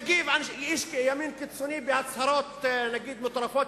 יגיב איש ימין קיצוני בהצהרות מטורפות,